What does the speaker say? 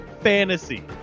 fantasy